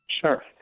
Sure